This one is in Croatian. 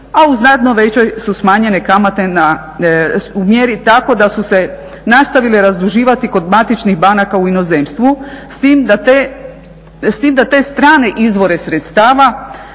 a u znatno većoj su smanjene kamate u mjeri tako da su se nastavile razduživati kod matičnih banaka u inozemstvu s tim da te strane izvore sredstava